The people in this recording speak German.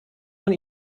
man